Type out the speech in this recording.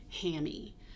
hammy